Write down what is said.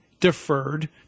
deferred